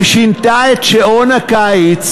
ושינתה את שעון הקיץ.